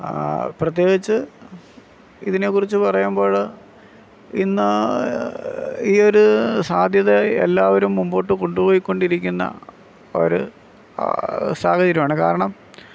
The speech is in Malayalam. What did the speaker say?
പ്രത്യേകിച്ച് ഇതിനെക്കുറിച്ച് പറയുമ്പോഴ് ഇന്ന് ഈ ഒരു സാധ്യത എല്ലാവരും മുമ്പോട്ട് കൊണ്ടുപോയിക്കൊണ്ടിരിക്കുന്ന ഒരു സാഹചര്യമാണ് കാരണം